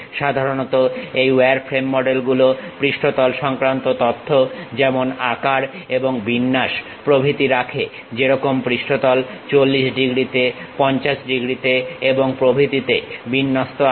সাধারণত এই wireframe model গুলো পৃষ্ঠতল সংক্রান্ত তথ্য যেমন আকার এবং বিন্যাস প্রভৃতি রাখে যেরকম পৃষ্ঠতল 40 ডিগ্রীতে 50 ডিগ্রীতে এবং প্রভৃতিতে বিন্যস্ত আছে